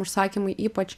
užsakymai ypač